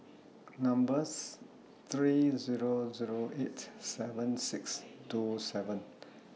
number's three Zero Zero eight seven six two seven